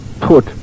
put